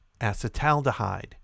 acetaldehyde